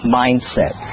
mindset